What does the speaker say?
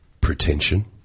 pretension